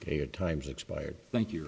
they are times expired thank you